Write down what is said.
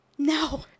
No